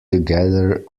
together